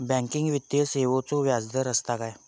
Banking वित्तीय सेवाचो व्याजदर असता काय?